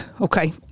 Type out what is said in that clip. okay